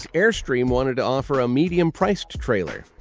airstream wanted to offer a medium priced trailer,